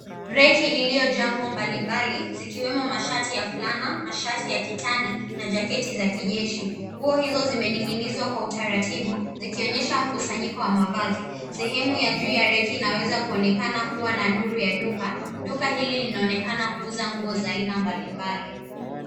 Reki iliyojaa nguo mbalimbali zikiwemo mashati ya fulana, mashati ya kitani na jaketi za kijeshi. Nguo hizo zimening'inizwa kwa utaratibu zikionyesha mkusanyiko wa mavazi. Sehemu ya juu ya reki inaweza kuonekana kuwa na nuru ya duka. Duka hili linaonekana kuuza nguo za aina mbalimbali.